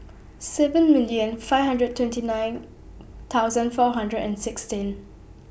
seven million five hundred twenty nine thousand four hundred and sixteen